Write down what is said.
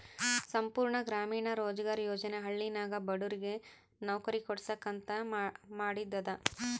ಸಂಪೂರ್ಣ ಗ್ರಾಮೀಣ ರೋಜ್ಗಾರ್ ಯೋಜನಾ ಹಳ್ಳಿನಾಗ ಬಡುರಿಗ್ ನವ್ಕರಿ ಕೊಡ್ಸಾಕ್ ಅಂತ ಮಾದಿದು ಅದ